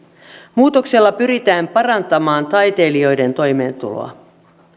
muutoksella pyritään parantamaan taiteilijoiden toimeentuloa